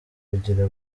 kugira